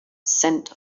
scent